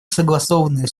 согласованные